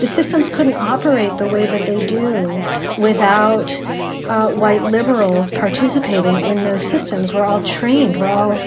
the systems couldn't operate the way that they do without white liberals participating in those systems, were all trained, were all